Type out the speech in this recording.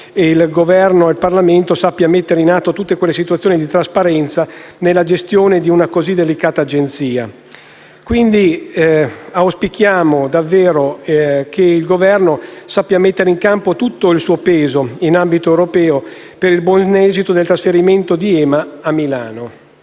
che il Governo e il Parlamento sapranno mettere in atto tutte quelle situazioni di trasparenza nella gestione di un'Agenzia così delicata. Auspichiamo davvero che il Governo sappia mettere in campo tutto il suo peso in ambito europeo per il buon esito del trasferimento dell'Agenzia